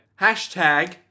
Hashtag